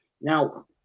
now